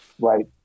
Right